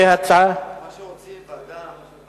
מה אתה מציע, אדוני, לגבי ההצעה?